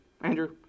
Andrew